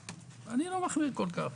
אני לא מחמיר כל כך,